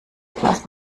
was